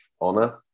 honor